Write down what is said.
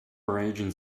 arranging